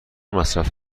مصرف